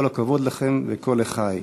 כל הכבוד לכם וכה לחי.